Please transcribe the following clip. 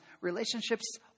relationships